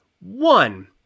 One